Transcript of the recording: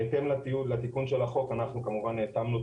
בהתאם לתיקון של החוק אנחנו כמובן התאמנו את